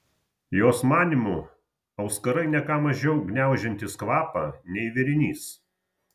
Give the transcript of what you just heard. jos manymu auskarai ne ką mažiau gniaužiantys kvapą nei vėrinys